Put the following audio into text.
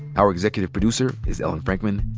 our executive producer is ellen frankman.